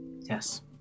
Yes